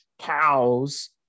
cows